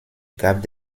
gab